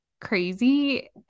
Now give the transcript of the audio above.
crazy